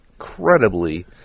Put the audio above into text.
incredibly